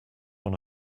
one